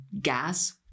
gas